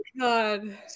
God